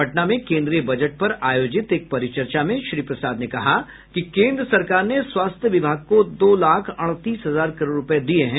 पटना में केन्द्रीय बजट पर आयोजित एक परिचर्चा में श्री प्रसाद ने कहा कि केन्द्र सरकार ने स्वास्थ्य विभाग को दो लाख अड़तीस हजार करोड़ रूपये दिये है